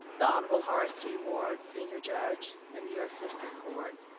the honorable horace t. ward, senior judge in the u s. district court